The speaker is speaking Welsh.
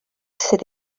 sydd